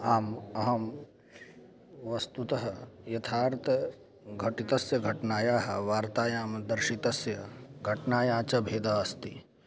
आम् अहं वस्तुतः यथार्थघटितस्य घटनायाः वार्तायां दर्शितस्य घटनायाः च भेदः अस्ति